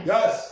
Yes